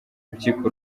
impyiko